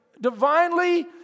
divinely